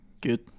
Good